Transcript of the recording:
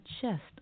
chest